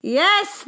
yes